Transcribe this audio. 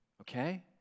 okay